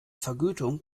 vergütung